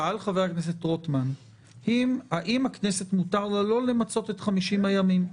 שאל חבר הכנסת רוטמן האם לכנסת מותר לא למצות את 50 הימים?